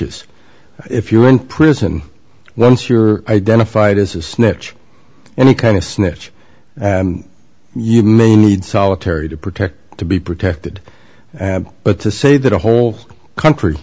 es if you're in prison once you're identified as a snitch any kind of snitch and you may need solitary to protect to be protected but to say that a whole country